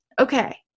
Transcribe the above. okay